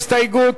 ההסתייגות?